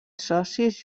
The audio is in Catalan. socis